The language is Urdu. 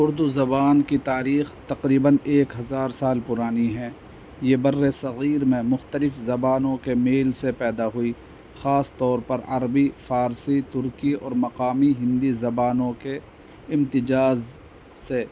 اردو زبان کی تاریخ تقریباً ایک ہزار سال پرانی ہے یہ بر صغیر میں مختلف زبانوں کے میل سے پیدا ہوئی خاص طور پر عربی فارسی ترکی اور مقامی ہندی زبانوں کے امتجاز سے